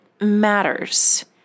matters